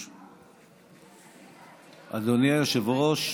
5. אדוני היושב-ראש,